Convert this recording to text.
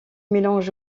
mélange